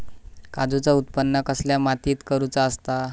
काजूचा उत्त्पन कसल्या मातीत करुचा असता?